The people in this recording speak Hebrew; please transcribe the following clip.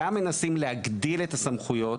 גם מנסים להגדיל את הסמכויות,